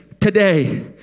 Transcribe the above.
today